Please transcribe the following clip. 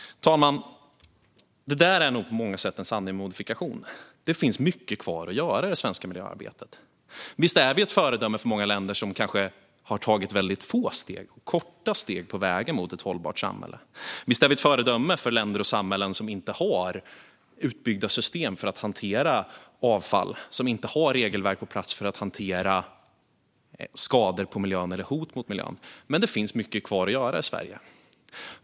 Fru talman! Det där är nog på många sätt en sanning med modifikation. Det finns mycket kvar att göra i det svenska miljöarbetet. Visst är vi ett föredöme för många länder som kanske har tagit väldigt få och korta steg på vägen mot ett hållbart samhälle. Visst är vi ett föredöme för länder och samhällen som inte har utbyggda system för att hantera avfall och som inte har regelverk på plats för att hantera skador på miljön eller hot mot miljön. Men det finns mycket kvar att göra i Sverige.